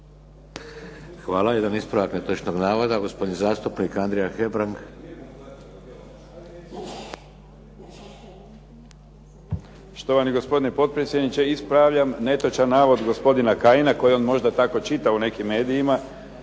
Hvala. Jedan ispravak netočnog navoda, gospodin zastupnik Andrija Hebrang. **Hebrang, Andrija (HDZ)** Štovani gospodine potpredsjedniče, ispravljam netočan navod gospodina Kajina koji je on možda tako čitao u nekim medijima,